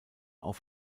auf